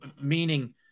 meaning